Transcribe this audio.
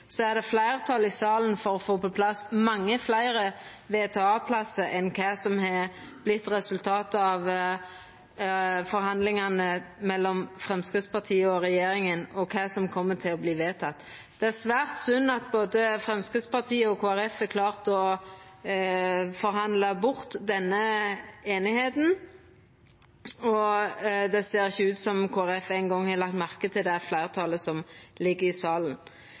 er det fleirtal i salen for å få på plass mange fleire VTA-plassar enn det som har vorte resultatet av forhandlingane mellom Framstegspartiet og regjeringa, og det som kjem til å verta vedteke. Det er svært synd at både Framstegspartiet og Kristeleg Folkeparti har klart å forhandla bort denne einigheita. Det ser ikkje ut som om Kristeleg Folkeparti eingong har lagt merke til fleirtalet som er i salen.